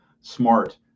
smart